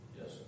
Yes